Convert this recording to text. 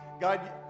God